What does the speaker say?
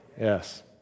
Yes